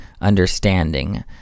understanding